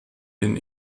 den